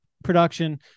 production